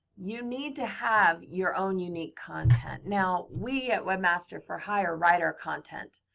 you need to have your own unique content. now, we at webmaster for hire, write our content.